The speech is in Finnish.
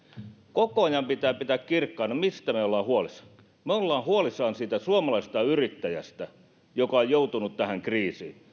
koko ajan pitää pitää kirkkaana mistä me olemme huolissamme me olemme huolissamme siitä suomalaisesta yrittäjästä joka on joutunut tähän kriisiin ja